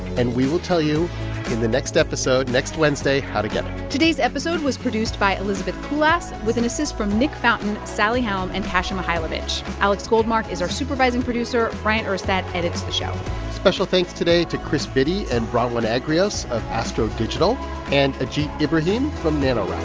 and we will tell you in the next episode next wednesday how to get it today's episode was produced by elizabeth kulas, with an assist from nick fountain, sally helm and kasia mychajlowycz. alex goldmark is our supervising producer. bryant urstadt edits the show special thanks today to chris biddy and bronwyn agrios of astro digital and ajeeth ibrahim from nanoracks